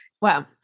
Wow